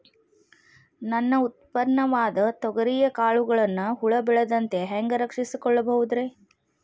ನನ್ನ ಉತ್ಪನ್ನವಾದ ತೊಗರಿಯ ಕಾಳುಗಳನ್ನ ಹುಳ ಬೇಳದಂತೆ ಹ್ಯಾಂಗ ರಕ್ಷಿಸಿಕೊಳ್ಳಬಹುದರೇ?